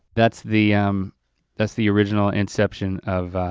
that's the um that's the original inception of